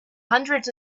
hundreds